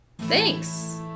Thanks